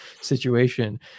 situation